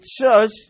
church